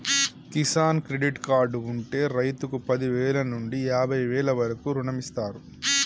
Kisan credit card ఉంటె రైతుకు పదివేల నుండి యాభై వేల వరకు రుణమిస్తారు